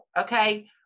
okay